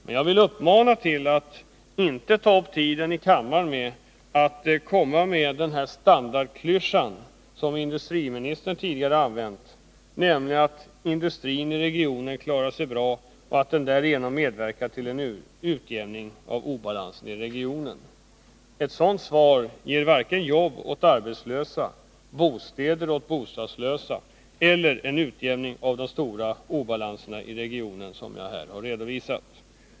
Men jag vill uppmana er att inte ta upp tid i kammaren med att komma med den standardklyscha som industriministern tidigare använt, nämligen att industrin i regionen klarar sig bra och att den därigenom medverkar till en utjämning av obalansen i regionen. Ett sådant svar ger varken jobb åt arbetslösa eller bostäder åt bostadslösa, och det innebär inte heller någon utjämning av de stora obalanser i regionen som jag här har redovisat.